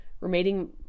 remaining